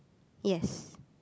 yes